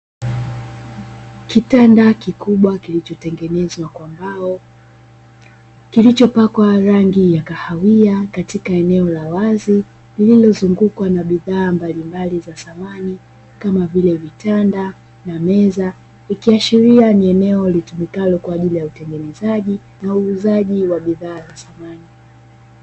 Kitanda kikubwa kilichotengenezwa kwa mbao kilichopakwa rangi ya kahawia katika eneo la wazi lililozungukwa na bidhaa mbalimbali za samani, kama vile vitanda na meza; ikiashiria ni eneo litumikalo kwa ajili ya utengenezaji na uuzaji wa bidhaa za samani.